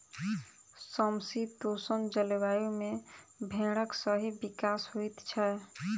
समशीतोष्ण जलवायु मे भेंड़क सही विकास होइत छै